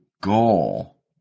goal